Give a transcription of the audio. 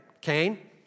Cain